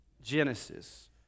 Genesis